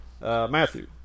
Matthew